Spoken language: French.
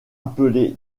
appelée